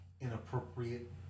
inappropriate